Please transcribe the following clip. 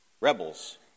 rebels